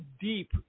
deep